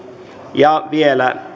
ja vielä